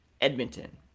Edmonton